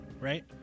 right